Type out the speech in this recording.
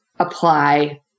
apply